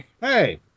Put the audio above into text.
Hey